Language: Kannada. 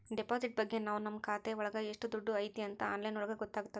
ಡೆಪಾಸಿಟ್ ಬಗ್ಗೆ ನಾವ್ ನಮ್ ಖಾತೆ ಒಳಗ ಎಷ್ಟ್ ದುಡ್ಡು ಐತಿ ಅಂತ ಆನ್ಲೈನ್ ಒಳಗ ಗೊತ್ತಾತತೆ